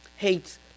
hates